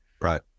Right